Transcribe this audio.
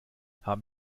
haben